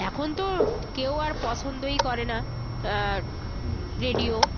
এখন তো কেউ আর পছন্দই করে না রেডিও